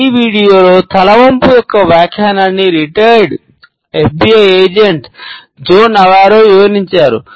ఈ వీడియోలో తల వంపు యొక్క వ్యాఖ్యానాన్ని రిటైర్డ్ ఎఫ్బిఐ ఏజెంట్ ఇస్తుంది